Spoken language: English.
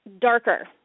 darker